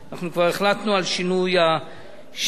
אנחנו כבר החלטנו על שינוי השם.